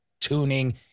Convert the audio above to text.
tuning